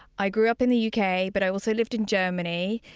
i grew up in the u k, but i also lived in germany,